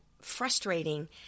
frustrating